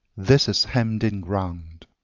this is hemmed in ground.